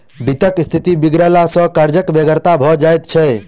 वित्तक स्थिति बिगड़ला सॅ कर्जक बेगरता भ जाइत छै